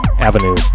Avenue